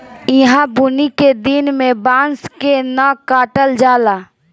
ईहा बुनी के दिन में बांस के न काटल जाला